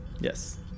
yes